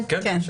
כן.